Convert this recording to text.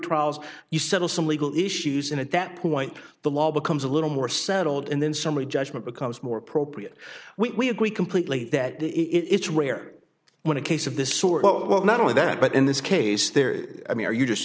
trials you settle some legal issues and at that point the law becomes a little more settled and then summary judgment becomes more appropriate we agree completely that it's rare when a case of this sort but not only that but in this case there i mean are you just